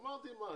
אני אמרתי, מה?